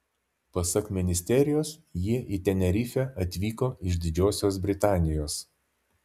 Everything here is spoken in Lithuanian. pasak ministerijos jie į tenerifę atvyko iš didžiosios britanijos